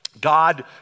God